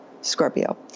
Scorpio